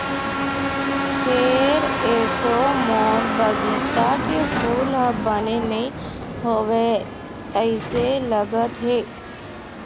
फेर एसो मोर बगिचा के फूल ह बने नइ होवय तइसे लगत हे